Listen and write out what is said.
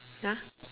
ya